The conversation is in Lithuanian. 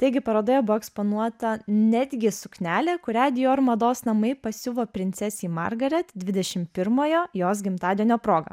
taigi parodoje buvo eksponuota netgi suknelė kurią dior mados namai pasiuvo princesei margaret dvidešim pirmojo jos gimtadienio proga